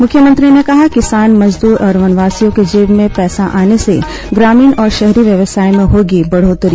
मुख्यमंत्री ने कहा किसान मजदूर और वनवासियों के जेब में पैसा आने से ग्रामीण और शहरी व्यवसाय में होगी बढोत्तरी